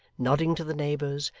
nodding to the neighbours,